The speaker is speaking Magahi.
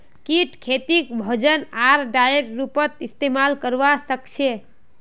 कीट खेतीक भोजन आर डाईर रूपत इस्तेमाल करवा सक्छई